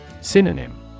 Synonym